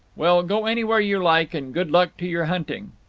well, go anywhere you like and good luck to your hunting!